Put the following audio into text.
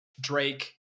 Drake